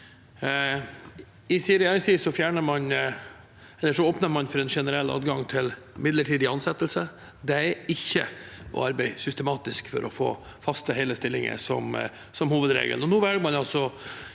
åpnet man for en generell adgang til midlertidig ansettelse. Det er ikke å arbeide systematisk for å få faste, hele stillinger som hovedregel.